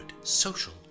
social